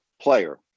player